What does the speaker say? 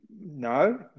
No